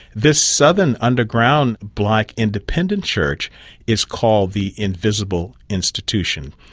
this southern underground black independent church is called the invisible institution.